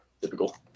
Typical